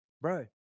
bro